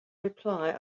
reply